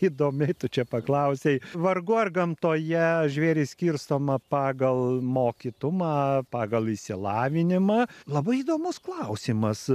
įdomiai tu čia paklausei vargu ar gamtoje žvėris skirstoma pagal mokytumą pagal išsilavinimą labai įdomus klausimas